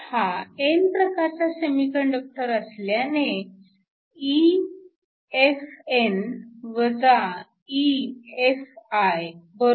हा n प्रकारचा semiconductor असल्याने EFn EFikTln NDni